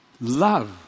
love